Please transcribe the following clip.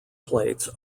plates